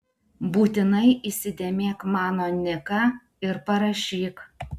būtinai įsidėmėk mano niką ir parašyk